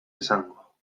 esango